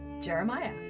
Jeremiah